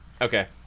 Okay